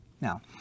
Now